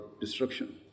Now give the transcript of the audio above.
destruction